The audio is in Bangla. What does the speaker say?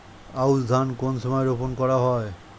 আউশ ধান কোন সময়ে রোপন করা হয়?